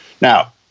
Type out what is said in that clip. Now